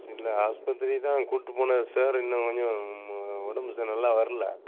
இல்லை ஆஸ்பத்திரிதான் கூட்டு போனேன் சார் இன்னும் கொஞ்சம் உடம்புக்கு நல்லா வரல